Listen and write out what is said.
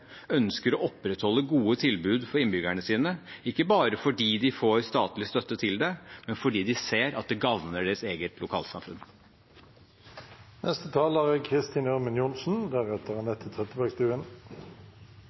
ønsker å opprettholde gode tilbud for innbyggerne sine, ikke bare fordi de får statlig støtte til det, men fordi de ser at det gagner deres eget